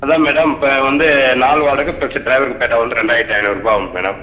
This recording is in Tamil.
அதான் மேடம் இப்போ வந்து நாள் வாடகை ப்ளஸ்ஸு ட்ரைவருக்கு பேட்டா வந்து ரெண்டாயிரத்தி ஐந்நூறுபா ஆகும் மேடம்